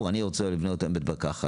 אם אני רוצה לבנות היום בית מרקחת,